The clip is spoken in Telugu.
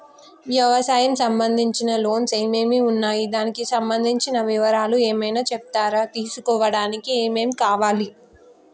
వ్యవసాయం సంబంధించిన లోన్స్ ఏమేమి ఉన్నాయి దానికి సంబంధించిన వివరాలు ఏమైనా చెప్తారా తీసుకోవడానికి ఏమేం కావాలి?